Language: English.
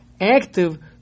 active